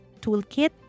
toolkit